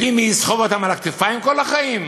יודעים מי יסחוב אותם על הכתפיים כל החיים?